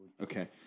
Okay